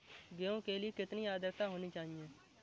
गेहूँ के लिए कितनी आद्रता होनी चाहिए?